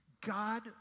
God